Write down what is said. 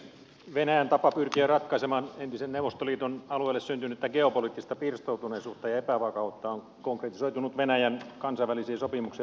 venäjän tapa pyrkiä ratkaisemaan entisen neuvostoliiton alueelle syntynyttä geopoliittista pirstoutuneisuutta ja epävakautta on konkretisoitunut venäjän kansainvälisiä sopimuksia rikkovassa toiminnassa ukrainassa